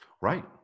Right